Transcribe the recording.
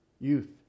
youth